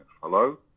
Hello